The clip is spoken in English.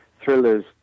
thrillers